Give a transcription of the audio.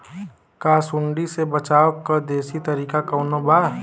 का सूंडी से बचाव क देशी तरीका कवनो बा?